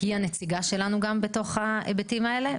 כי היא הנציגה שלנו גם בתוך ההיבטים האלה.